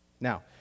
Now